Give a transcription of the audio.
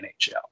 NHL